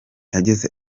yagize